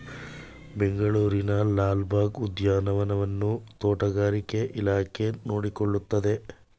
ಬೆಂಗಳೂರಿನ ಲಾಲ್ ಬಾಗ್ ಉದ್ಯಾನವನವನ್ನು ತೋಟಗಾರಿಕೆ ಇಲಾಖೆ ನೋಡಿಕೊಳ್ಳುತ್ತದೆ